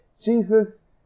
Jesus